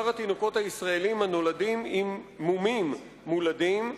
התינוקות הישראלים הנולדים עם מומים מולדים.